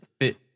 Fit